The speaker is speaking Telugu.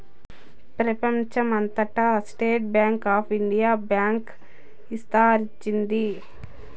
ప్రెపంచం అంతటా State Bank of India bank ఇస్తరించింది